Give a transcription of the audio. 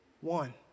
one